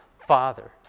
Father